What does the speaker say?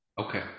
Okay